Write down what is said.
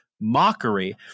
mockery